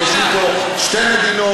כדי שיהיו פה שתי מדינות,